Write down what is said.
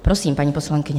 Prosím, paní poslankyně.